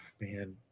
Man